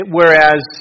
whereas